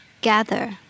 gather